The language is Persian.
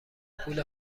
پول